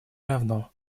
равно